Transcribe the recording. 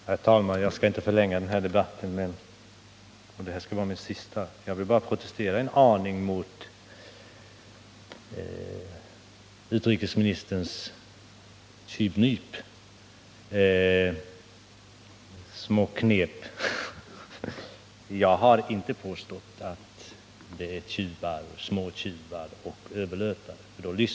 Herr talman! Jag skall inte förlänga den här debatten och detta skall bli mitt sista inlägg. Jag vill bara protestera en aning emot utrikesministerns tjyvnyp. Jag har inte påstått att det är småtjuvar och överlöpare som lämnar Vietnam.